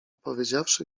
powiedziawszy